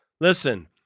Listen